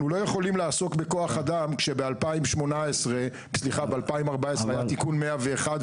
אנחנו לא יכולים לעסוק בכוח אדם כאשר ב-2014 היה תיקון 101,